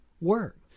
work